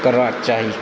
करबाक चाही